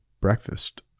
breakfast